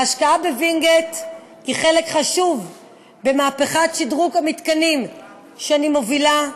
ההשקעה בווינגייט היא חלק חשוב במהפכת שדרוג המתקנים שאני מובילה,